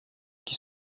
qui